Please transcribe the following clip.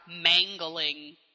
mangling